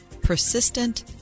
persistent